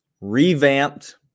revamped